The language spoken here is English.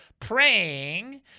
Praying